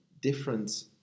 different